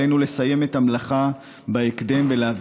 עלינו לסיים את המלאכה בהקדם ולהביא